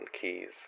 keys